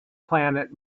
planet